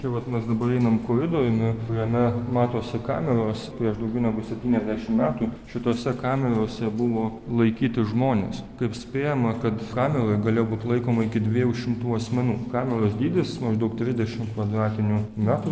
tai vat mes dabar einam koridoriumi kuriame matosi kameros prieš daugiau negu septyniasdešim metų šitose kamerose buvo laikyti žmonės kaip spėjama kad kameroj galėjo būt laikoma iki dviejų šimtų asmenų kameros dydis maždaug trisdešimt kvadratinių metrų